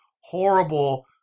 horrible